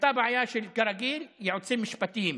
הייתה בעיה של, כרגיל ייעוצים משפטיים,